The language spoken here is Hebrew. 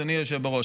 אדוני היושב בראש,